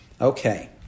Okay